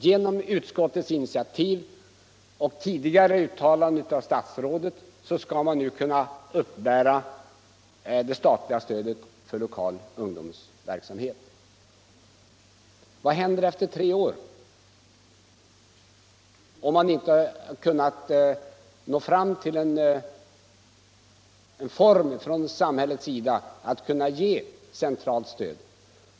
Genom utskottets initiativ och tidigare uttalanden av statsrådet skall det statliga stödet nu kunna utgå för lokal ungdomsverksamhet. Vad händer efter tre år, om man inte från samhällets sida nått fram till en form för att kunna ge centralt stöd?